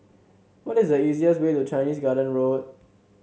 what is the easiest way to Chinese Garden Road